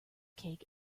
cake